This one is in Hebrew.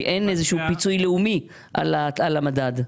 כי אין איזה פיצוי לאומי על המדד.